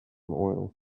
oil